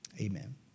amen